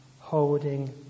holding